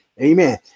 amen